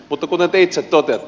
mutta kuten te itse toteatte